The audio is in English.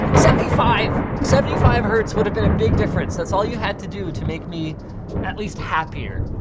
seventy five. seventy five hertz would have been a big difference. that's all you had to do to make me at least happier,